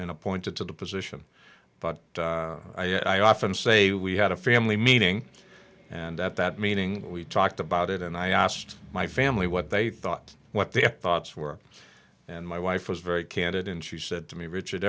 and appointed to the position but i often say we had a family meeting and at that meeting we talked about it and i asked my family what they thought what their thoughts were and my wife was very candid and she said to me richard